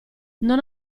non